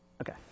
Okay